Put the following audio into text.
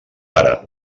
pare